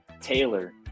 taylor